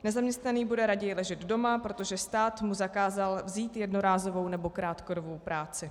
Nezaměstnaný bude raději ležet doma, protože stát mu zakázal vzít jednorázovou nebo krátkodobou práci.